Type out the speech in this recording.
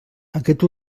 aquest